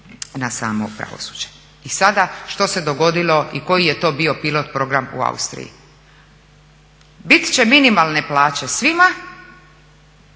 na samo pravosuđe. I sada, što se dogodilo i koji je to bio pilot program u Austriji? Bit će minimalne plaće svima